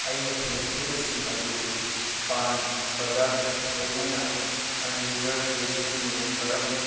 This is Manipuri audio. ꯑꯩꯅ ꯊꯦꯡꯅꯈꯤꯕꯁꯤꯡ ꯑꯗꯨ ꯄꯟꯕꯒ ꯂꯣꯏꯅꯅ ꯑꯟꯔꯤꯖꯥꯞ ꯋꯦꯠꯇꯤꯡ ꯔꯨꯝ ꯀꯔꯝ